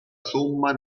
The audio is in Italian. somma